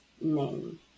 name